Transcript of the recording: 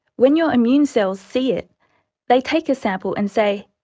when your immune cells see it they take a sample and say,